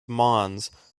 mons